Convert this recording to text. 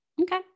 Okay